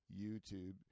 YouTube